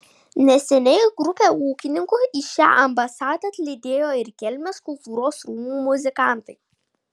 neseniai grupę ūkininkų į šią ambasadą atlydėjo ir kelmės kultūros rūmų muzikantai